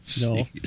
No